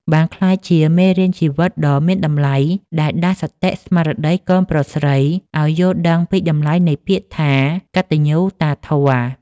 បានក្លាយជាមេរៀនជីវិតដ៏មានតម្លៃដែលដាស់សតិស្មារតីកូនប្រុសស្រីឱ្យយល់ដឹងពីតម្លៃនៃពាក្យថា «កតញ្ញូតាធម៌»។